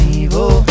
evil